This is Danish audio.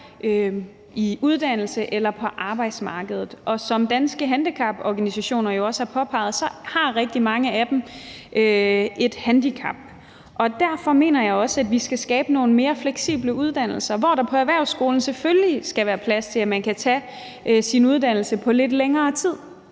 i uddannelse eller på arbejdsmarkedet, og som Danske Handicaporganisationer jo også har påpeget, har rigtig mange af dem et handicap. Derfor mener jeg også, at vi skal skabe nogle mere fleksible uddannelser, hvor der på erhvervsskolen selvfølgelig skal være plads til, at man kan tage sin uddannelse på lidt længere tid,